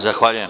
Zahvaljujem.